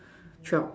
twelve